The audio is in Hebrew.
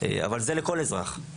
אבל זה לכל אזרח.